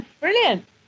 Brilliant